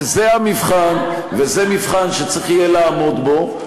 וזה המבחן, וזה מבחן שצריך יהיה לעמוד בו.